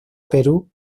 perú